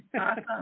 Awesome